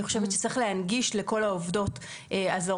אני חושבת שצריך להנגיש לכל העובדות הזרות,